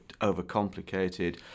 overcomplicated